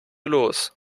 los